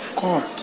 God